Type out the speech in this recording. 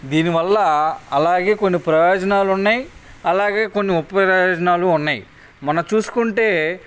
దీనివల్ల అలాగే కొన్ని ప్రయోజనాలు ఉన్నాయి అలాగే కొన్ని ఉపప్రయోజనాలు ఉన్నాయి మొన్న చూసుకుంటే